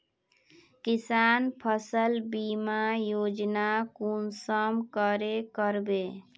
किसान फसल बीमा योजना कुंसम करे करबे?